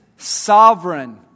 Sovereign